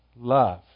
love